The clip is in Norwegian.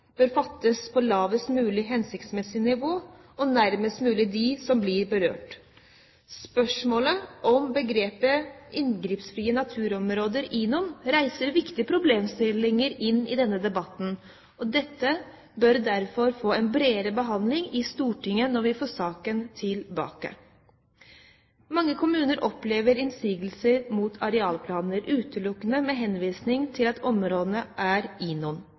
bør fattes på lavest mulig hensiktsmessig nivå og nærmest mulig dem som blir berørt. Spørsmålet om begrepet «inngrepsfrie naturområder», INON, reiser viktige problemstillinger i denne debatten. Dette bør derfor få en bredere behandling i Stortinget når vi får saken tilbake. Mange kommuner opplever innsigelser mot arealplaner utelukkende med henvisning til at området er INON.